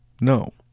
No